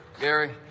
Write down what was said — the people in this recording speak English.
Gary